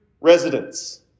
residents